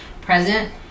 present